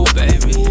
baby